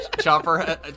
chopper